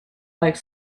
like